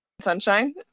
Sunshine